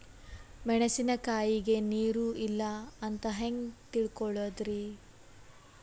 ಮೆಣಸಿನಕಾಯಗ ನೀರ್ ಇಲ್ಲ ಅಂತ ಹೆಂಗ್ ತಿಳಕೋಳದರಿ?